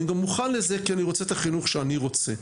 אני גם מוכן לזה כי אני רוצה את החינוך שאני רוצה.